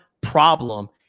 problem